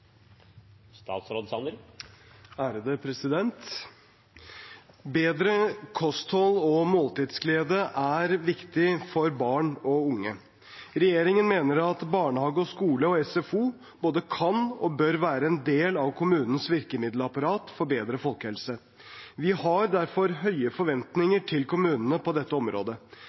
Bedre kosthold og måltidsglede er viktig for barn og unge. Regjeringen mener at barnehage, skole og SFO både kan og bør være en del av kommunenes virkemiddelapparat for bedre folkehelse. Vi har derfor høye forventninger til kommunene på dette området.